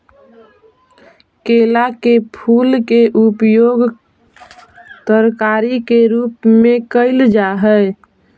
केला के फूल के उपयोग तरकारी के रूप में कयल जा हई